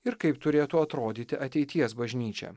ir kaip turėtų atrodyti ateities bažnyčia